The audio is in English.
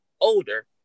older